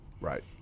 Right